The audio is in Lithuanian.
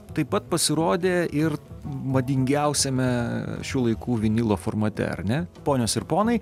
taip pat pasirodė ir madingiausiame šių laikų vinilo formate ar ne ponios ir ponai